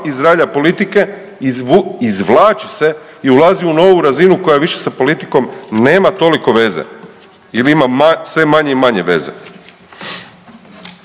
iz ralja politike, izvlači se i ulazi u novu razinu koja više sa politikom nema toliko veze ili ima sve manje i manje veze.